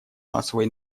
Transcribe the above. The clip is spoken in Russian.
массовой